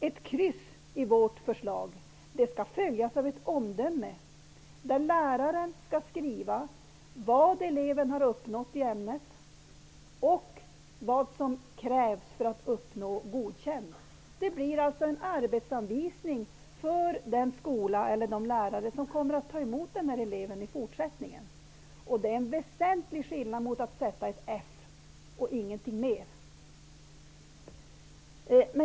Ett kryss enligt vårt förslag skall följas av ett omdöme, där läraren skall skriva vad eleven har uppnått i ämnet och vad som krävs för att uppnå godkänt. Det blir alltså en arbetsanvisning för den skola eller de lärare som kommer att ta emot eleven i fortsättningen. Det är någonting helt annat än att sätta ett F och ingenting mer.